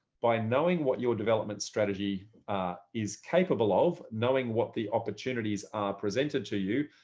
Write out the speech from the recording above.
by knowing what your development strategy is capable of knowing, what the opportunities are presented to you,